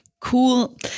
Cool